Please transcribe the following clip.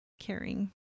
caring